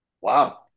Wow